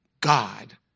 God